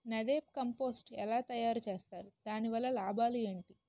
NADEP compost ఎలా తయారు చేస్తారు? దాని వల్ల లాభాలు ఏంటి?